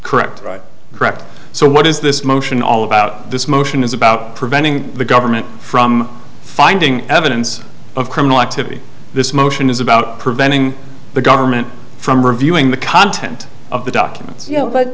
correct correct so what is this motion all about this motion is about preventing the government from finding evidence of criminal activity this motion is about preventing the government from reviewing the content of the documents y